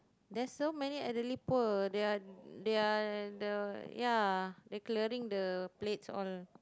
there's so many elderly poor they are they are the ya they clearing the plate all